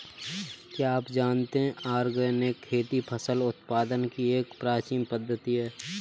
क्या आप जानते है ऑर्गेनिक खेती फसल उत्पादन की एक प्राचीन पद्धति है?